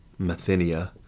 Mathenia